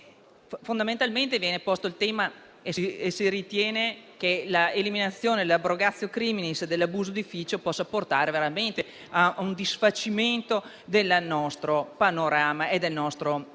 Fondamentalmente viene posto il tema e si ritiene che l'*abolitio criminis* dell'abuso d'ufficio possa portare veramente a un disfacimento del nostro panorama e del nostro ordinamento.